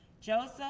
Joseph